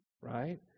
right